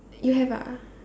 you have ah